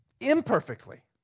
Imperfectly